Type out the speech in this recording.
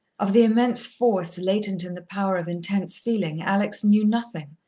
of the immense force latent in the power of intense feeling alex knew nothing,